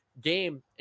game